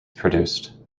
produced